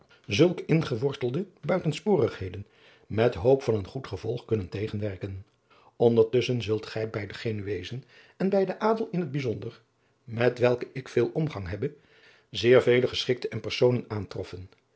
zulke ingewortelde buitensporigheden met hoop van een goed gevolg kunnen tegenwerken ondertusschen zult gij bij de genuezen en bij den adel in het bijzonder met welken ik veel omgang hebbe zeer vele geschikte en aangename personen aantroffen